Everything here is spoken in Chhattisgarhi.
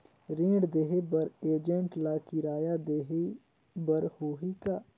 ऋण देहे बर एजेंट ला किराया देही बर होही का?